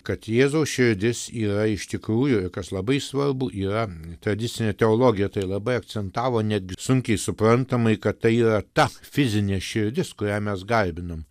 kad jėzaus širdis yra iš tikrųjų ir kas labai svarbu yra tradicinė teologija tai labai akcentavo netgi sunkiai suprantamai kad tai yra ta fizinė širdis kurią mes garbinam